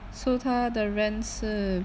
so 她的 rent 是